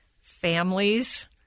families